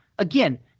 Again